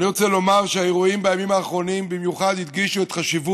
אני רוצה לומר שהאירועים בימים האחרונים הדגישו במיוחד את חשיבות